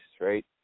right